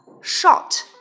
Short